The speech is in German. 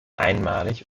einmalig